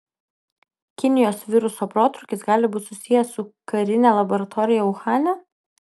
kinijos viruso protrūkis gali būti susijęs su karine laboratorija uhane